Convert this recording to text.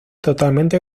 totalmente